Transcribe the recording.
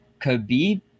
Khabib